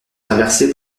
traversé